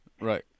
Right